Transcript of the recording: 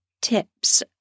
Tips